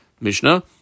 Mishnah